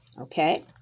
Okay